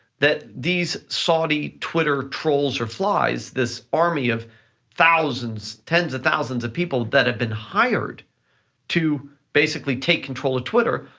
that these saudi twitter trolls are flies this army of thousands, tens of thousands of people that have been hired to basically take control of twitter,